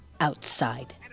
Outside